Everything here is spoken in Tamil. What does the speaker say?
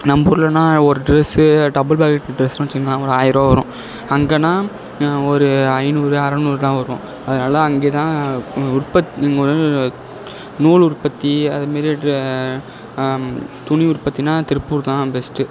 நம்ப ஊருலன்னா ஒரு டிரெஸு டபுள் பாக்கெட் டிரெஸுன்னு வச்சிக்குங்களே ஒரு ஆயருவா வரும் அங்கேன்னா ஒரு ஐநூறு அறநூறு தான் வரும் அதனால் அங்கேதான் உ உற்பத் நூல் உற்பத்தி அதுமாரியே துணி உற்பத்தின்னா திருப்பூர்தான் பெஸ்ட்டு